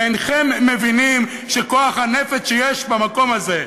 ואינכם מבינים שכוח הנפץ שיש במקום הזה,